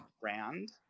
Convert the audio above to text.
brand